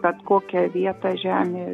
bet kokią vietą žemėje